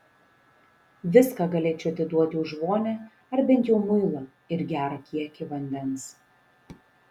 viską galėčiau atiduoti už vonią ar bent jau muilą ir gerą kiekį vandens